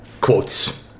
Quotes